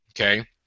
Okay